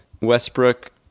Westbrook